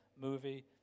movie